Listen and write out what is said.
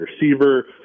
receiver